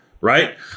right